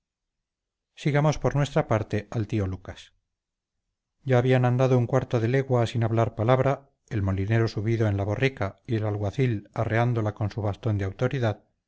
sigamos por nuestra parte al tío lucas ya habían andado un cuarto de legua sin hablar palabra el molinero subido en la borrica y el alguacil arreándola con su bastón de autoridad